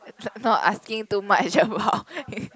not asking too much about